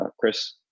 Chris